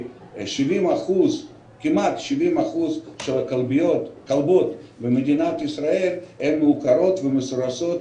כמעט 70% של הכלבות במדינת ישראל מעוקרות ומסורסות